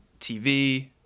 TV